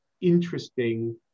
interesting